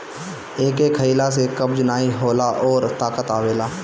एके खइला से कब्ज नाइ होला अउरी ताकत आवेला